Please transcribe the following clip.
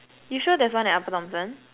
you sure there's one at upper Thomson